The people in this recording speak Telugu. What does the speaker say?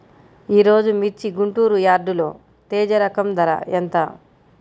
ఈరోజు మిర్చి గుంటూరు యార్డులో తేజ రకం ధర ఎంత?